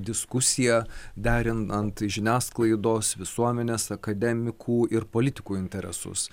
diskusija derinant žiniasklaidos visuomenės akademikų ir politikų interesus